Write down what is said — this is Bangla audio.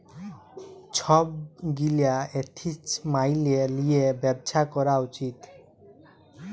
ছব গীলা এথিক্স ম্যাইলে লিঁয়ে ব্যবছা ক্যরা উচিত